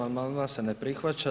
Amandman se ne prihvaća.